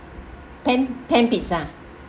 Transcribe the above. pan pan pizza